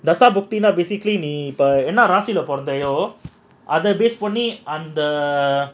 தசா புத்தின:thasaa puthina basically நீ இப்போ என்ன ராசில பொறந்தியோ அத:nee eppo enna rasila poranthiyo adha base பண்ணி:panni